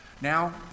Now